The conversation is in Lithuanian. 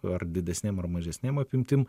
ar didesnėm ar mažesnėm apimtim